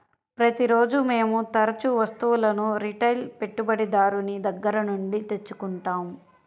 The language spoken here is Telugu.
ప్రతిరోజూ మేము తరుచూ వస్తువులను రిటైల్ పెట్టుబడిదారుని దగ్గర నుండి తెచ్చుకుంటాం